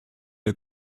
der